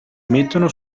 mettono